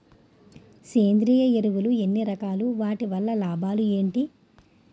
సేంద్రీయ ఎరువులు ఎన్ని రకాలు? వాటి వల్ల లాభాలు ఏంటి?